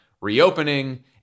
reopening